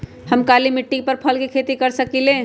का हम काली मिट्टी पर फल के खेती कर सकिले?